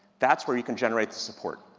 that's where you can generate the support.